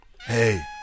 Hey